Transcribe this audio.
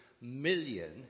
million